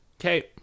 Okay